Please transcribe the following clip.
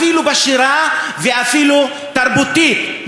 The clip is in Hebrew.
אפילו בשירה ואפילו תרבותית?